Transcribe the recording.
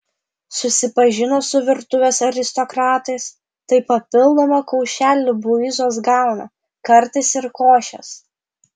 susipažino su virtuvės aristokratais tai papildomą kaušelį buizos gauna kartais ir košės